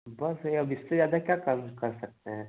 बस अब इससे ज़्यादा क्या कम कर सकते हैं